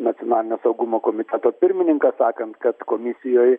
nacionalinio saugumo komiteto pirmininką sakant kad komisijoj